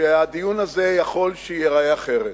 שהדיון הזה יכול שייראה אחרת.